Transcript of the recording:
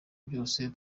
byose